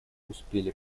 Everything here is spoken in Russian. успели